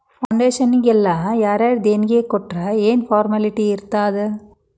ಫೌಡೇಷನ್ನಿಗೆಲ್ಲಾ ಯಾರರ ದೆಣಿಗಿ ಕೊಟ್ರ್ ಯೆನ್ ಫಾರ್ಮ್ಯಾಲಿಟಿ ಇರ್ತಾದ?